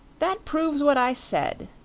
that proves what i said,